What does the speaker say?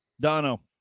Dono